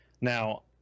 now